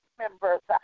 members